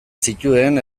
zituen